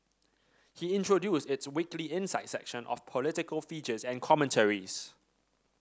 he introduced its weekly Insight section of political features and commentaries